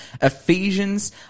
Ephesians